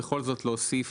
בכל זאת להוסיף